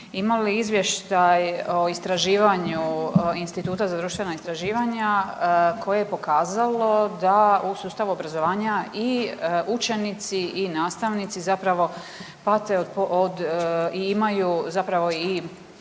imali izvještaj o istraživanju Instituta za društvena istraživanja koje je pokazalo da u sustavu obrazovanja i učenici i nastavnici zapravo pate od i imaju zapravo i